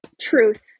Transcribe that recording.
truth